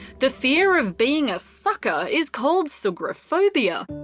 the fear of being a sucker is called sugrophobia.